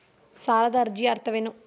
ಸಾಲದ ಅರ್ಜಿಯ ಅರ್ಥವೇನು?